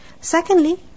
Secondly